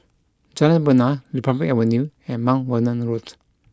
Jalan Bena Republic Avenue and Mount Vernon Road